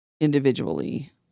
individually